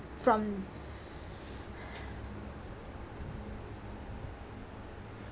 from